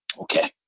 Okay